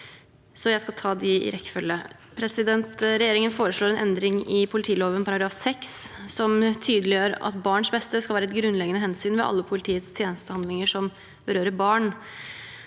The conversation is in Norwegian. jeg skal ta dem i rekkefølge. Regjeringen foreslår en endring i politiloven § 6, som tydeliggjør at barns beste skal være et grunnleggende hensyn ved alle politiets tjenestehandlinger som berører barn.